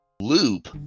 Loop